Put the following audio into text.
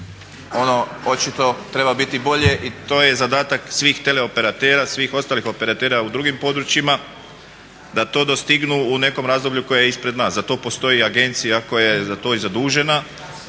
Ono očito treba biti bolje i to je zadatak svih teleoperatera, svih ostalih operatera u drugim područjima da to dostignu u nekom razdoblju koje je ispred nas. Za to postoji agencija koja je za to i zadužena